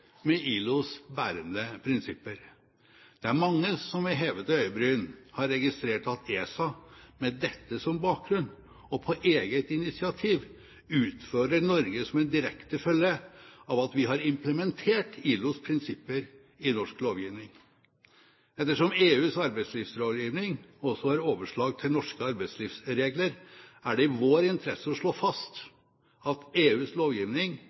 med ILOs bærende prinsipper. Det er mange som med hevede øyebryn har registrert at ESA, med dette som bakgrunn og på eget initiativ, utfordrer Norge som en direkte følge av at vi har implementert ILOs prinsipper i norsk lovgivning. Ettersom EUs arbeidslivslovgivning også har overslag til norske arbeidslivsregler, er det i vår interesse å slå fast at EUs lovgivning